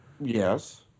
Yes